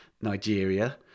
Nigeria